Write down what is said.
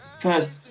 first